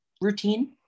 routine